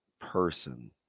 person